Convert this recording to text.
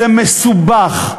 זה מסובך,